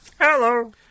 Hello